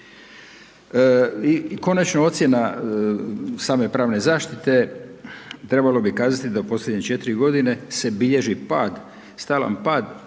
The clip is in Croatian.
I konačno, ocjena same pravne zaštite. Trebalo bi kazati da u posljednje 4 g. se bilježi pad, stalan pad